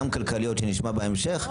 גם כלכליות שנשמע בהמשך,